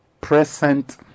present